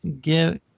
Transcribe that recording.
give